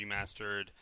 remastered